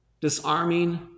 disarming